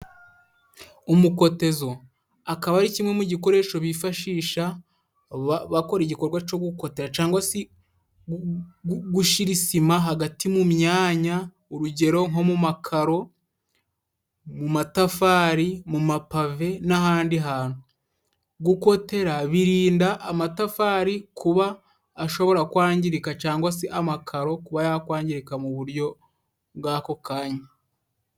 Umukotezo akaba ari kimwe mu gikoresho bifashisha, bakora igikorwa cyo gukotera, cyangwa se gushyira sima hagati mu myanya, urugero nko mu makaro, mu matafari, mu mapave n'ahandi hantu. Gukotera birinda amatafari kuba ashobora kwangirika, cyangwa se amakaro kuba yakwangirika mu buryo bw'ako kanya.